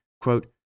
quote